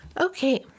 Okay